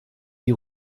die